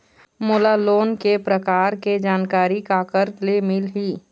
मोला लोन के प्रकार के जानकारी काकर ले मिल ही?